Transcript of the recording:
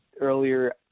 Earlier